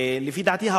לפי דעתי,